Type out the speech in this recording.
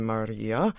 Maria